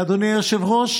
אדוני היושב-ראש,